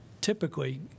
typically